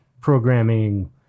programming